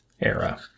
era